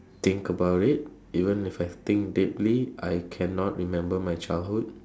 think about it even if I think deeply I cannot remember my childhood